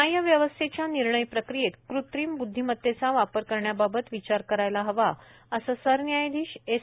न्याय व्यवस्थेच्या निर्णयप्रक्रियेत कृत्रिम बुद्धिमतेचा वापर करण्याबाबत विचार करायला हवा असं सरन्यायाधीश एस